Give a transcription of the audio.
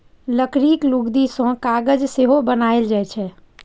लकड़ीक लुगदी सं कागज सेहो बनाएल जाइ छै